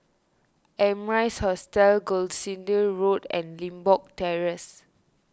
Amrise Hotel Gloucester Road and Limbok Terrace